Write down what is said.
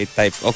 type